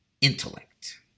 intellect